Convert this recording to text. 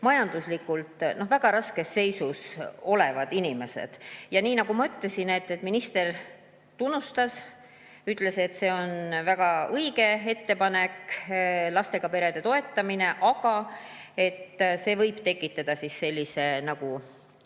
majanduslikult väga raskes seisus olevad inimesed. Nagu ma ütlesin, minister tunnustas ja ütles, et see on väga õige ettepanek, see lastega perede toetamine, aga see võib tekitada seda,